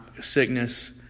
sickness